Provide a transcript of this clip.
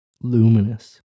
luminous